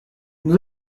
nous